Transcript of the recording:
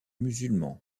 musulmans